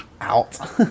out